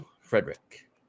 Frederick